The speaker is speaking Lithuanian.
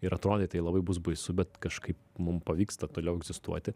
ir atrodė tai labai bus baisu bet kažkaip mum pavyksta toliau egzistuoti